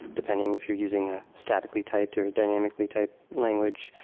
depending if you're using a statically-typed or a dynamically-typed language,